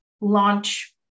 launch